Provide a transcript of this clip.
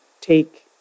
take